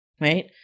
right